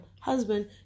husband